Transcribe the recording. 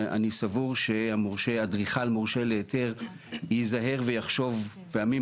ואני סבור שאדריכל מורשה להיתר ייזהר ויחשוב פעמים